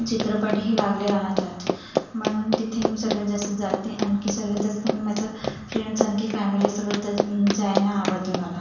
चित्रपटही लागले राहतात म्हणून तिथे मी सर्वात जास्त जाते आणखी सर्वात जास्त मी माझ्या फ्रेंडस आणखी फॅमिलीसोबतच जायला आवडते मला